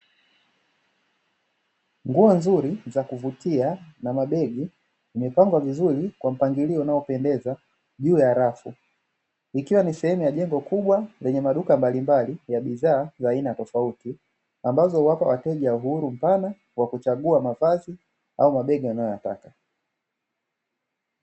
Nguo nzuri za kuvutia na mabegi, zimepangwa vizuri kwa mpangilio unaopendeza juu rafu. ikiwa ni sehemu ya jengo kubwa lenye maduka mbalimbali ya bidhaa za aina tofauti, ambazo huwapa wateja uhuru mpana wa kuchagua mavazi au mabegi wanayoyataka.